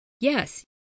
yes